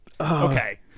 okay